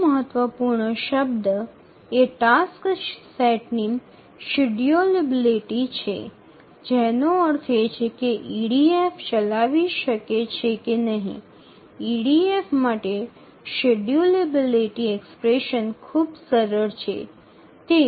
બીજો મહત્વપૂર્ણ શબ્દ એ ટાસ્ક સેટની શેડ્યૂલેબિલિટી છે જેનો અર્થ એ કે ઇડીએફ ચલાવી શકે છે કે નહીં ઇડીએફ માટે શેડ્યૂલેબિલિટી એક્સપ્રેશન ખૂબ સરળ છે